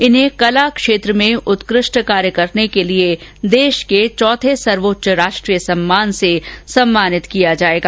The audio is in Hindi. इन्हें कला क्षेत्र में उत्कृष्ट कार्य करने के लिए देश के चौथे सर्वोच्च राष्ट्रीय सम्मान से सम्मानित किया जाएगा